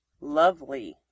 lovely